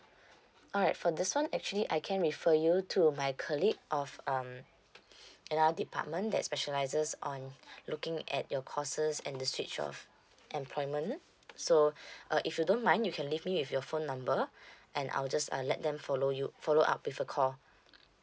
alright for this one actually I can refer you to my colleague of um another department that specializes on looking at your courses and the switch of employment so uh if you don't mind you can leave me with your phone number and I'll just uh let them follow you follow up with a call